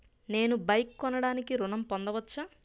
నేను బైక్ కొనటానికి ఋణం పొందవచ్చా?